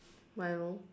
Milo